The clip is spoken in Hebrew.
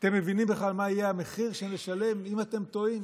אתם מבינים בכלל מה יהיה המחיר שנשלם אם אתם טועים?